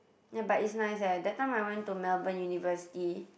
ya but it's nice eh that time I went to Melbourne university